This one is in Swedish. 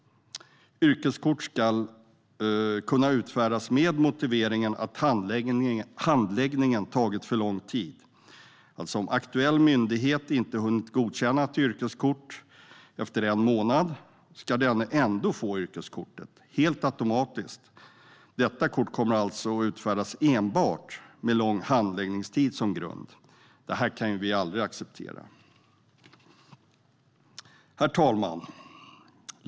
Yrkeskort ska kunna utfärdas med motiveringen att handläggningen tagit för lång tid. Om aktuell myndighet inte hunnit godkänna ett yrkeskort efter en månad, ska han eller hon ändå få yrkeskortet - helt automatiskt. Detta kort kommer alltså att utfärdas enbart med lång handläggningstid som grund. Det här kan ju vi aldrig acceptera. Herr talman!